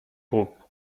groupe